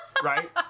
Right